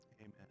Amen